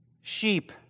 sheep